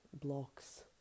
blocks